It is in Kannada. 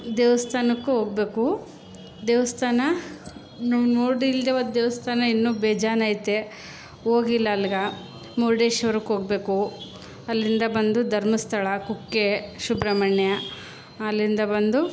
ದೇವಸ್ಥಾನಕ್ಕೂ ಹೋಗ್ಬೇಕು ದೇವಸ್ಥಾನ ನಾವು ನೋಡಿಲ್ಲದಿರುವ ದೇವಸ್ಥಾನ ಇನ್ನೂ ಬೇಜಾನ್ ಐತೆ ಹೋಗಿಲ್ಲ ಅಲ್ಗ ಮುರುಡೇಶ್ವರಕ್ಕೆ ಹೋಗ್ಬೇಕು ಅಲ್ಲಿಂದ ಬಂದು ಧರ್ಮಸ್ಥಳ ಕುಕ್ಕೆ ಸುಬ್ರಹ್ಮಣ್ಯ ಅಲ್ಲಿಂದ ಬಂದು